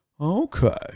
Okay